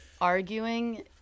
arguing